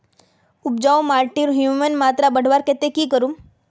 उपजाऊ माटिर ह्यूमस मात्रा बढ़वार केते की करूम?